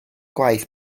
gwaith